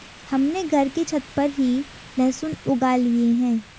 हमने घर की छत पर ही लहसुन उगा लिए हैं